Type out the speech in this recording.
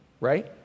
right